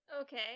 Okay